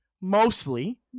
mostly